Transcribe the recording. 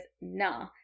nah